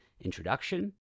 introduction